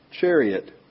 chariot